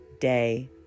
day